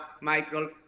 Michael